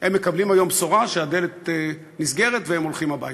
הם מקבלים היום בשורה שהדלת נסגרת והם הולכים הביתה,